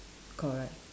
correct